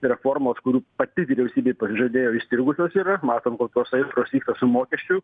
reformos kurių pati vyriausybė pasižadėjo įstrigusios yra matom kokios aistros vyksta su mokesčių